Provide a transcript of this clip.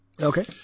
Okay